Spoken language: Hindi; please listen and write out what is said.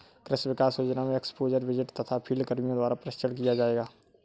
कृषि विकास योजना में एक्स्पोज़र विजिट तथा फील्ड कर्मियों द्वारा प्रशिक्षण किया जाएगा